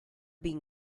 being